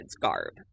garb